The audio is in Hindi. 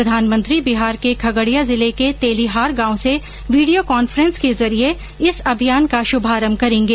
प्रधानमंत्री बिहार के खगडिया जिले के तेलीहार गांव से वीडियो कांफ्रेंस के जरिए इस अभियान का शुभारंभ करेंगे